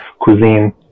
cuisine